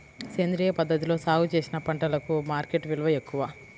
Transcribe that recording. సేంద్రియ పద్ధతిలో సాగు చేసిన పంటలకు మార్కెట్ విలువ ఎక్కువ